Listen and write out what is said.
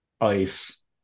ice